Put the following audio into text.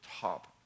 top